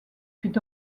fit